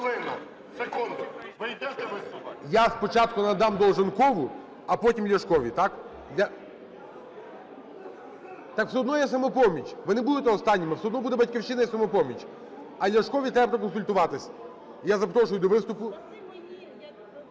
Я спочатку надам Долженкову, а потім Ляшкові, так? Так все одно є "Самопоміч", ви не будете останніми. Все одно буде "Батьківщина" і "Самопоміч". А Ляшкові треба проконсультуватись. Я запрошую до виступу